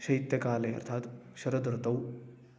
शैत्यकाले अर्थात् शरदृतौ